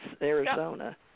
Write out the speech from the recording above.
Arizona